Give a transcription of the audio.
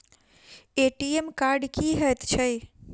ATM card की हएत छै?